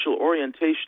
orientation